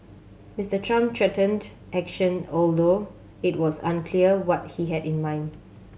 Mister Trump threatened action although it was unclear what he had in mind